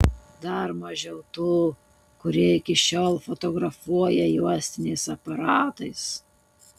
dar mažiau tų kurie iki šiol fotografuoja juostiniais aparatais